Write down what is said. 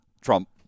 Trump